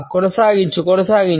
కొనసాగించు కొనసాగించు